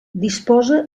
disposa